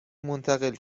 منتقل